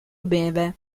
beve